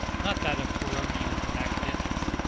not that of pyrrhonians and academics.